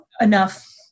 enough